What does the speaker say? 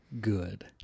Good